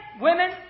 women